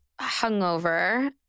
hungover